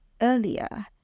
earlier